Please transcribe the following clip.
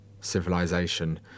civilization